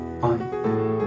Bye